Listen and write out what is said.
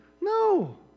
No